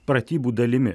pratybų dalimi